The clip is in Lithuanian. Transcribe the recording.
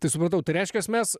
tai supratau tai reiškia mes